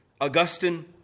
Augustine